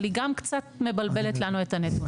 אבל היא גם קצת מבלבלת לנו את הנתונים.